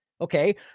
Okay